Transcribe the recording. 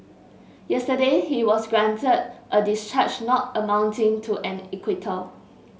yesterday he was granted a discharge not amounting to an acquittal